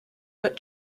but